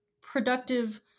productive